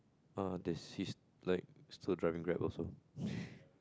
err he's like still driving Grab also